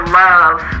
love